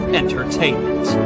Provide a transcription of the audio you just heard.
entertainment